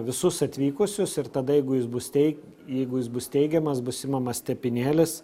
visus atvykusius ir tada jeigu jis bus tei jeigu jis bus teigiamas bus imamas tepinėlis